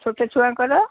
ଛୋଟ ଛୁଆଙ୍କର